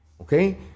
okay